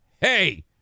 hey